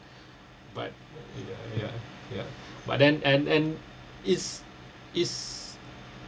but ya ya but then and and is is